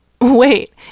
Wait